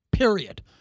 Period